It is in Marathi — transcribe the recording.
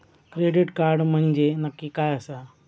क्रेडिट कार्ड म्हंजे नक्की काय आसा?